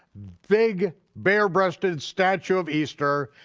big, bare-breasted statue of easter.